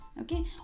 okay